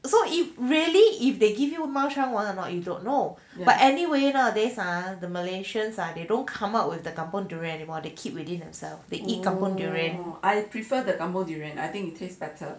so if really if they give you mao shan wang or not you don't know but anyway nowadays are ah malaysians ah they don't come up with the kampung durian anymore they keep within themselves they eat kampung durian